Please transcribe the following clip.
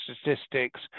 statistics